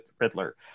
Riddler